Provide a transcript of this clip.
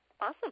Awesome